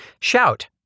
Shout